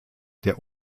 der